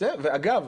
ואגב,